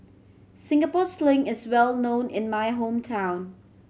Singapore Sling is well known in my hometown